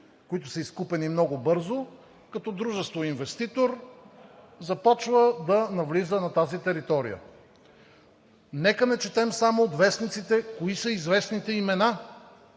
които са изкупени много бързо, като дружество инвеститор започва да навлиза на тази територия. Нека не четем само от вестниците кои са известните имена,